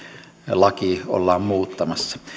laki ollaan muuttamassa